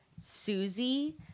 Susie